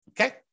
okay